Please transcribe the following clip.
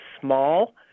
small